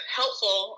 helpful